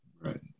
Right